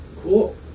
cool